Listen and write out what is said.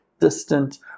distant